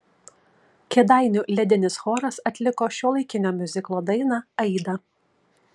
kėdainių ledinis choras atliko šiuolaikinio miuziklo dainą aida